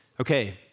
okay